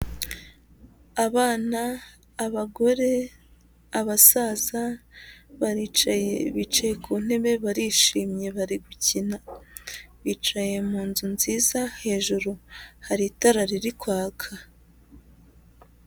Abana, abagore, abasaza, baricaye, bicaye ku ntebe barishimye bari gukina, bicaye mu nzu nziza hejuru hari itara riri kwaka.